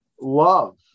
love